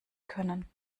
können